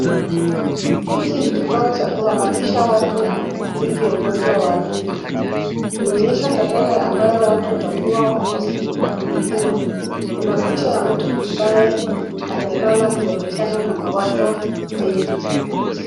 Hiki ni kibao cha kuhamasisha watu dhiti ya ugonjwa wa akili. Inaonyesha tarehe ambayo watu watakua wakihudumiwa. Kuna picha ya mtu ambaye amelala akionekana na mawazo mengi.